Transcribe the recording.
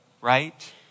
Right